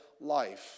life